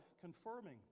confirming